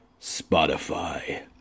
Spotify